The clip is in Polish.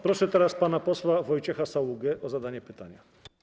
Proszę teraz pana posła Wojciecha Saługę o zadanie pytania.